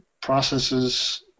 processes